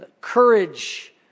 courage